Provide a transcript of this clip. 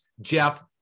Jeff